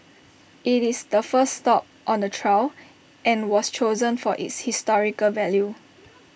IT is the first stop on the trail and was chosen for its historical value